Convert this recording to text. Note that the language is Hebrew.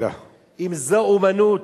אם זו אמנות,